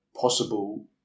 possible